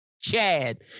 Chad